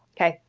okay,